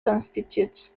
constitutes